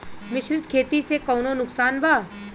मिश्रित खेती से कौनो नुकसान बा?